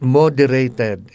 moderated